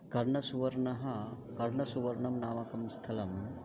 कर्णसुवर्णः कर्णसुवर्णं नामकं स्थलम्